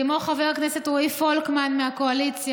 כמו חבר הכנסת רועי פולקמן מהקואליציה